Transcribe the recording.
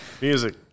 music